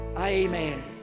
Amen